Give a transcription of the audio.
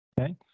Okay